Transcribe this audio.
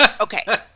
Okay